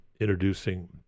introducing